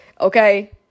okay